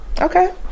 Okay